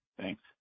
Thanks